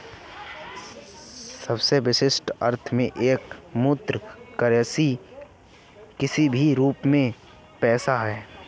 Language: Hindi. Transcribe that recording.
सबसे विशिष्ट अर्थों में एक मुद्रा करेंसी किसी भी रूप में पैसा है